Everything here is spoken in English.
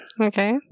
Okay